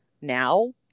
Now